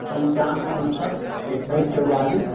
पंचयानु उनसठ इक्कीस चौवालीस